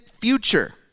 future